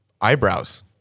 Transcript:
eyebrows